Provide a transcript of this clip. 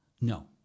No